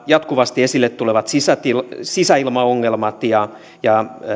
jatkuvasti esille tulevat sisäilmaongelmat ja ja